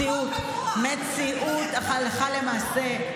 מציאות הלכה למעשה,